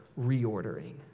reordering